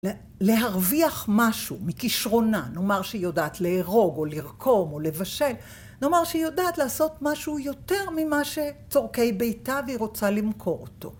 להרוויח משהו מכישרונה, נאמר שהיא יודעת לארוג, או לרקום, או לבשל, נאמר שהיא יודעת לעשות משהו יותר ממה שצורכי ביתה והיא רוצה למכור אותו.